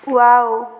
wow